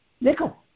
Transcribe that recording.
nickel